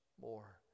more